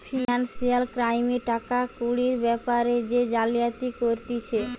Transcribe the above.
financial ক্রাইমে টাকা কুড়ির বেপারে যে জালিয়াতি করতিছে